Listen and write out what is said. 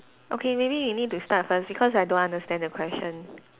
okay maybe you need to start first because I don't understand the question